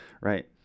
right